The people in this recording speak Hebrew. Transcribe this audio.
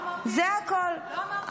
זה הכול.